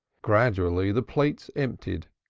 gradually the plates emptied,